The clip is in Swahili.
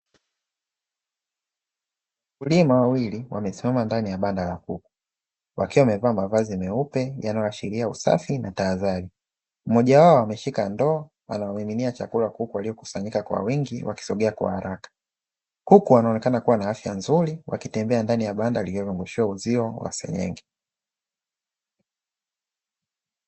Wakulima wawili wamesimama katikati ya banda la kuku, wakivalia mavazi meupe yakiashiria usafi na tahadhari mmoja wao ameshika ndoo anawamiminia kuku na wakikusanyika kwa wingi, kuku wanaonekana kuwa na afya nzuri wakitembea ndani ya banda lililowekwa uzio wa seng'eng'e.